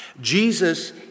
Jesus